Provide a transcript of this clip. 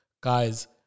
guys